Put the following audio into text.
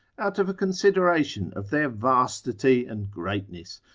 out of a consideration of their vastity and greatness,